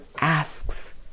asks